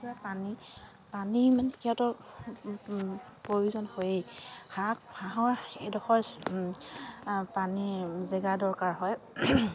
সিহঁতৰ প্ৰয়োজন হয়েই হাঁহ হাঁহৰ এডোখৰ পানীৰ জেগা দৰকাৰ হয়